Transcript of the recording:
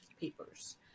papers